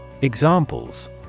Examples